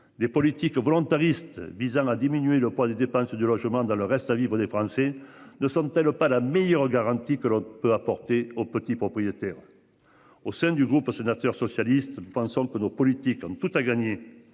des politiques volontaristes visant à diminuer le poids des dépenses de logement dans le reste à vivre. Les Français ne sentaient le pas la meilleure garantie que l'on peut apporter aux petits propriétaires. Au sein du groupe sénateur socialiste pensant que nos politiques ont tout à gagner